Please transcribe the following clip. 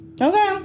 Okay